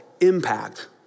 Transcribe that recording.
impact